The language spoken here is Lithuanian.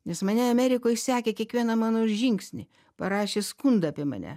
nes mane amerikoj sekė kiekvieną mano žingsnį parašė skundą apie mane